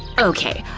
okay,